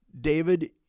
David